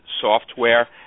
Software